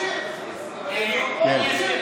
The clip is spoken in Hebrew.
אסביר לך.